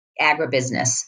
agribusiness